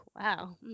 wow